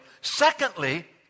Secondly